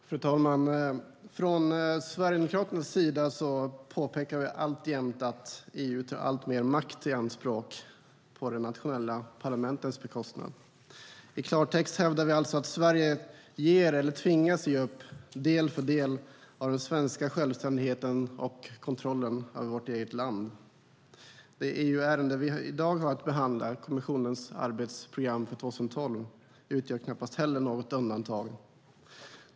Fru talman! Från Sverigedemokraternas sida påpekar vi alltjämt att EU tar alltmer makt i anspråk på de nationella parlamentens bekostnad. I klartext hävdar vi alltså att Sverige ger eller tvingas ge upp del för del av den svenska självständigheten och kontrollen över vårt eget land. Det EU-ärende vi i dag har att behandla, Kommissionens arbetsprogram för 2012 , utgör knappast heller något undantag.